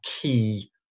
key